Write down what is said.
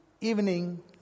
evening